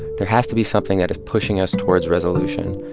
there has to be something that is pushing us towards resolution,